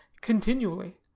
continually